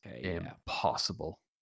impossible